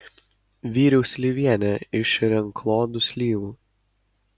viriau slyvienę iš renklodų slyvų